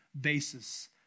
basis